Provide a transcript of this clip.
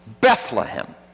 Bethlehem